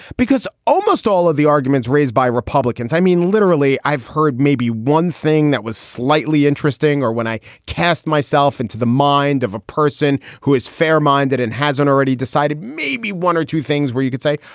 because almost all of the arguments raised by republicans, i mean, literally, i've heard maybe one thing that was slightly interesting, or when i cast myself into the mind of a person who is fair minded and hasn't already decided maybe one or two things where you could say,